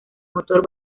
motor